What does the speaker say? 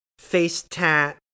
FaceTat